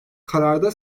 kararda